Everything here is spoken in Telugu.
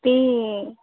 తీ